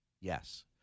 Yes